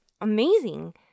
amazing